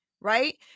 right